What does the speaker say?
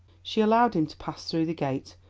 she allowed him to pass through the gate,